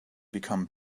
become